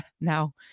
now